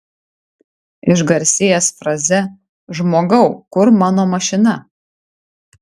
išgarsėjęs fraze žmogau kur mano mašina